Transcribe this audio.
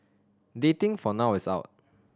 dating for now is out